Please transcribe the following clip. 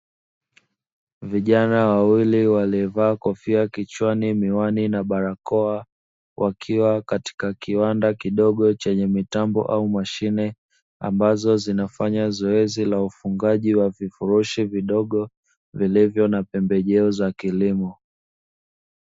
Vijana wawili waliovaa kofia kichwani, miwani na barakoa wakiwa katika kiwanda kidogo chenye mitambo au mashine ambazo zinafanya zoezi la ufugaji wa vifurushi vidogo vilivyo na pembejeo za kilimo.